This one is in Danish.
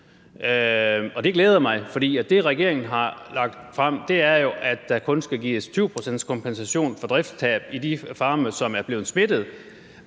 Det glæder mig, for det, regeringen har lagt frem, er jo, at der kun skal gives 20 pct. i kompensation for driftstab på de farme, hvor der har været smitte,